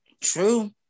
True